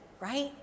right